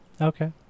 Okay